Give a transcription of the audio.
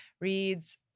reads